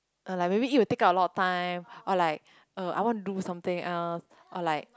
uh like maybe it will take up a lot of time or like er I wanna do something else or like